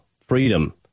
freedom